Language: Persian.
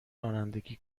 رانندگی